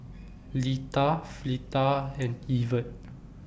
Litha Fleta and Evert